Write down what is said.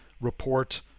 report